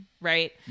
right